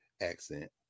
accent